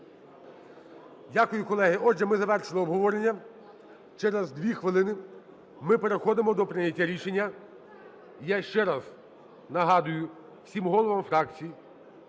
Дякую, колеги. Отже, ми завершили обговорення. Через 2 хвилини ми переходимо до прийняття рішення. Я ще раз нагадую всім головам фракцій